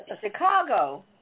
Chicago